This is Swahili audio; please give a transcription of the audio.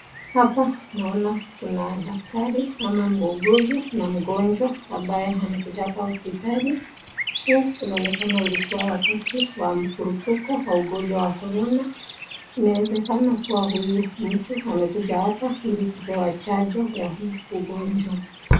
Hapa naona kuna daktari ama muuguzi na mgonjwa ambaye amekuja hapa hospitali, huu unaonekana ulikuwa wakati wa mkurupiko wa ugonjwa wa korona inawezekana kuwa huyu mtu amekuja hapa ili kupewa chanjo ya huu ugonjwa.